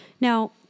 Now